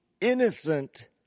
innocent